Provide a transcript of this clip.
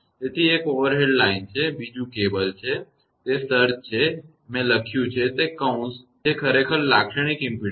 તેથી એક overhead line છે બીજું કેબલ છે તે સર્જઉછાળો છે જે મેં લખ્યું છે તે કૌંસ છે જે ખરેખર લાક્ષણિક ઇમપેડન્સ છે